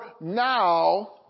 now